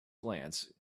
glance